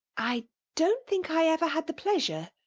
i don't think i ever had the pleasure.